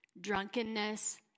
drunkenness